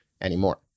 anymore